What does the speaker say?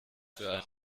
für